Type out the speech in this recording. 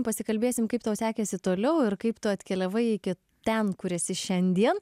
pasikalbėsim kaip tau sekėsi toliau ir kaip tu atkeliavai iki ten kur esi šiandien